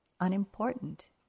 unimportant